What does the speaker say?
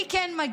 למי כן מגיע?